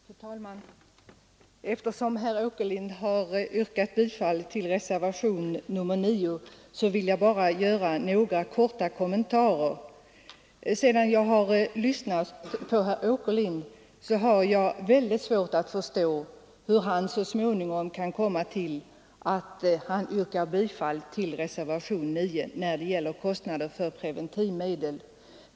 Fru talman! Eftersom herr Åkerlind har yrkat bifall till reservationen 9 vill jag bara göra några korta kommentarer. Sedan jag lyssnat på herr Åkerlind har jag mycket svårt att förstå hur han så småningom kan komma fram till att yrka bifall till reservationen 9 som gäller kostnader för preventivmedel.